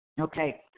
Okay